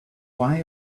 why